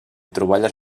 troballes